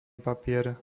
papier